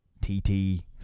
T-T